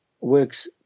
works